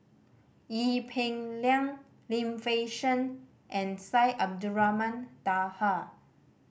Ee Peng Liang Lim Fei Shen and Syed Abdulrahman Taha